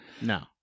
No